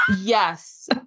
Yes